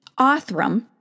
Othram